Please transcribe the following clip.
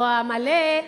או המלא,